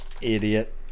idiot